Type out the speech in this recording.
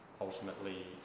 Ultimately